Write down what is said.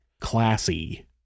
Classy